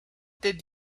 did